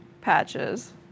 Patches